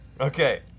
Okay